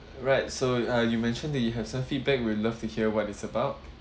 right so uh you mentioned that you have some feedback we'd love to hear what it's about